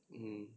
mm